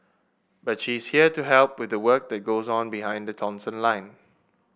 but she's here to help with the work that goes on behind the Thomson line